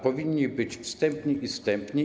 Powinni być wstępni i zstępni.